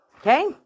Okay